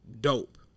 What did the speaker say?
dope